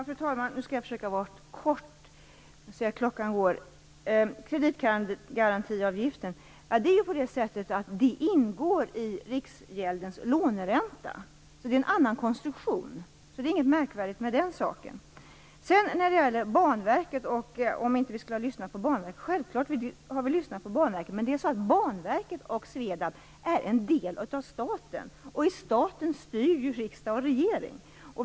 Fru talman! Nu skall jag försöka vara kort. Jag ser att klockan går. Kreditgarantiavgiften ingår i Riksgäldens låneränta. Det är en annan konstruktion. Det är inget märkvärdigt med den saken. När det gäller Banverket och att vi inte skulle ha lyssnat, vill jag säga: Självklart har vi lyssnat på Banverket. Men Banverket och SVEDAB är ju en del av staten, och i staten styr riksdag och regering.